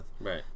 Right